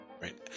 right